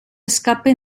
escape